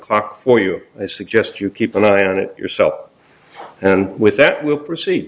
clock for you i suggest you keep an eye on it yourself and with that we'll proceed